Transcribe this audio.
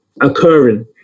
occurring